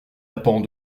apens